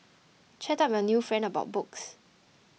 chat up your new friend about books